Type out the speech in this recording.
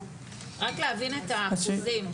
רק להבין את האחוזים.